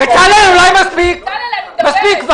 בצלאל, מספיק כבר.